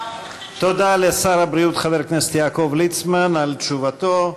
תודה לשר הבריאות חבר הכנסת ליצמן על תשובתו.